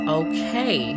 okay